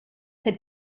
had